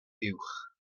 uwch